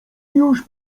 już